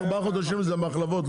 בארבעה חודשים זה מחלבות,